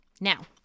Now